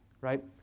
right